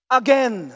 again